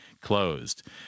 closed